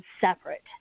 separate